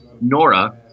Nora